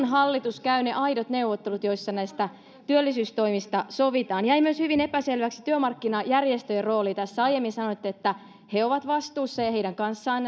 hallitus käy ne aidot neuvottelut joissa näistä työllisyystoimista sovitaan jäi myös hyvin epäselväksi työmarkkinajärjestöjen rooli tässä aiemmin sanoitte että he ovat vastuussa ja heidän kanssaan